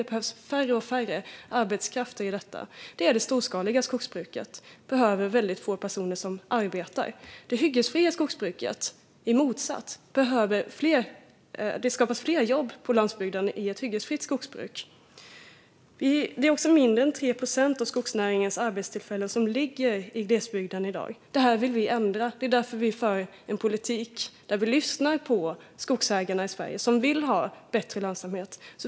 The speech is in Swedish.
Det behövs mindre och mindre arbetskraft för detta. Det storskaliga skogsbruket behöver väldigt få personer som arbetar. Med ett hyggesfritt skogsbruk skapas i stället fler jobb på landsbygden. Det är också så att mindre än 3 procent av skogsnäringens arbetstillfällen ligger i glesbygden i dag. Det här vill vi ändra. Det är därför vi för en politik där vi lyssnar på skogsägarna i Sverige, som vill ha bättre lönsamhet.